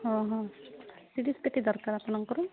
ହଁ ହଁ ସେଠି କେତେ ଦରକାର ଆପଣଙ୍କର